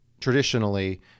traditionally